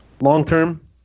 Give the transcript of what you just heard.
Long-term